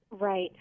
right